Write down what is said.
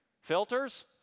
Filters